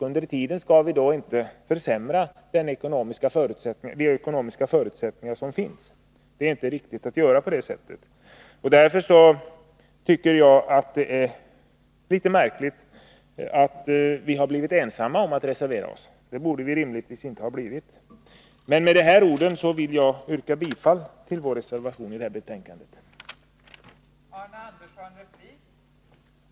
Under tiden skall vi inte försämra de ekonomiska förutsättningar som finns. Det är inte riktigt att göra på det sättet. Därför tycker jag att det är litet märkligt att vi har blivit ensamma om att reservera oss. Det borde vi rimligtvis inte ha blivit. Med dessa ord vill jag yrka bifall till vår reservation i jordbruksutskottets betänkande 37.